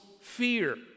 fear